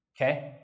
okay